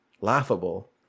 laughable